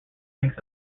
ranks